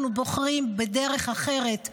אנחנו בוחרים בדרך אחרת,